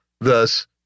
thus